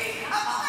הוא עשה,